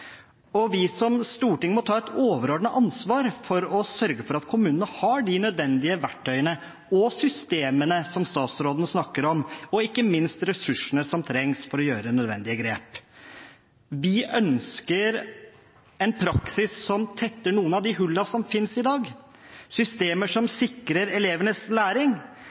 Vi som storting må ta et overordnet ansvar for å sørge for at kommunene har de nødvendige verktøyene og systemene som statsråden snakker om, og ikke minst ressursene som trengs for å ta nødvendige grep. Vi ønsker en praksis som tetter noen av de hullene som finnes i dag, systemer som sikrer elevenes læring,